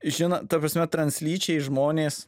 žina ta prasme translyčiai žmonės